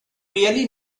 really